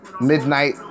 midnight